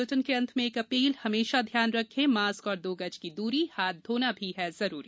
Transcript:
bulletin के अंत में एक अपीलहमेशा ध्यान रखें मास्क और दो गज की दूरी हाथ धोना भी है जरुरी